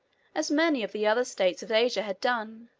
as many of the other states of asia had done,